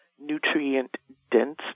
nutrient-dense